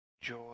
joy